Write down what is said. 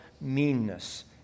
meanness